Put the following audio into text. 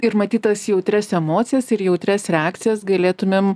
ir matyt tas jautrias emocijas ir jautrias reakcijas galėtumėm